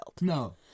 No